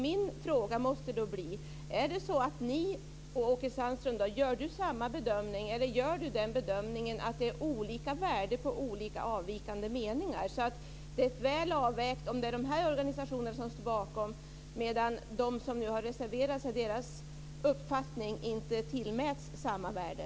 Min fråga måste då bli: Gör Åke Sandström bedömningen att olika, avvikande meningar har olika värde, så att det är väl avvägt om det är de här organisationerna som står bakom uppfattningarna, medan uppfattningarna från dem som har reserverat sig inte tillmäts samma värde?